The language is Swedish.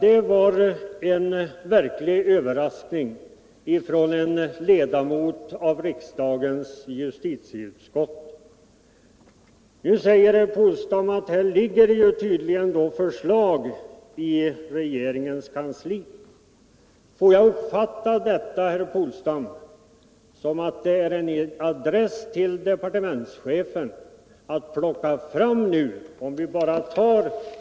Det var en verklig överraskning att få höra detta från en ledamot av riksdagens justitieutskott. Herr Polstam säger att det ligger förslag i regeringens kansli. Får jag uppfatta detta, herr Polstam, som en adress till departementschefen att plocka framt.ex.